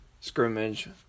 scrimmage